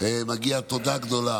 התשפ"ד 2023,